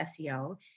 SEO